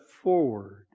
forward